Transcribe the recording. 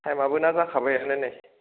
टाइमाबोना जाखाबायानो नै